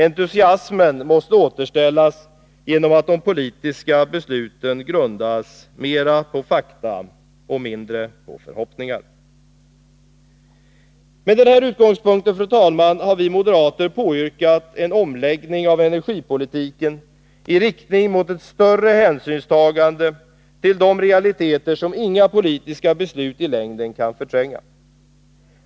Entusiasmen måste återställas genom att de politiska besluten grundas mera på fakta och mindre på förhoppningar. Med den här utgångspunkten har vi moderater påyrkat en omläggning av energipolitiken i riktning mot ett större hänsynstagande till de realiteter som inga politiska beslut i längden kan förtränga.